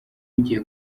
ugiye